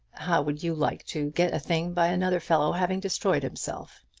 how would you like to get a thing by another fellow having destroyed himself?